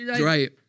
Right